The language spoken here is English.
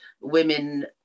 women